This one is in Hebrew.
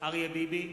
אריה ביבי,